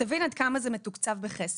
תבין עד כמה זה מתוקצב בחסר.